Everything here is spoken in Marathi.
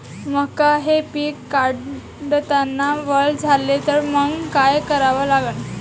मका हे पिक काढतांना वल झाले तर मंग काय करावं लागन?